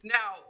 Now